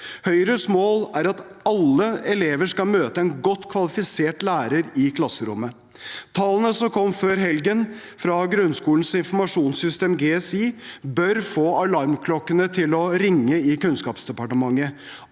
Høyres mål er at alle elever skal møte en godt kvalifisert lærer i klasserommet. Tallene som kom før helgen fra Grunnskolens Informasjonssystem, GSI, bør få alarmklokkene til å ringe i Kunnskapsdepartementet.